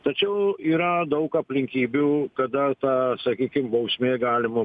tačiau yra daug aplinkybių kada ta sakykim bausmė galima